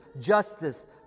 justice